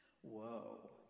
whoa